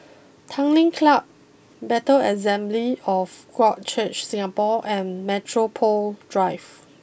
Tanglin Club Bethel Assembly of God Church Singapore and Metropole Drive